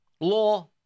law